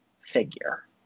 figure